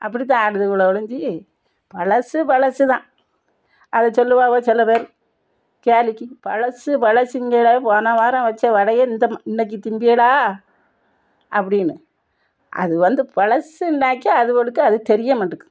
அப்படி தான் ஆடுதுங்களே ஒழிஞ்சி பழசு பழசு தான் அதை சொல்லுவாவோ சில பேர் கேலிக்கு பழசு பழசுங்களே போன வாரம் வச்ச வடையை இந்த இன்றைக்கு திம்பியளா அப்படினு அது வந்து பழசுனாக்கே அதுகளுக்கு அது தெரிய மாட்டேக்கு